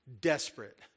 Desperate